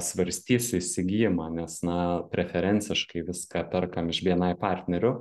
svarstysiu įsigijimą nes na preferensiškai viską perkam iš bni partnerių